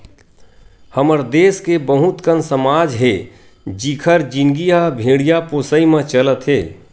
हमर देस के बहुत कन समाज हे जिखर जिनगी ह भेड़िया पोसई म चलत हे